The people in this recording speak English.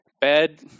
Bed